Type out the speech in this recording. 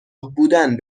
بودن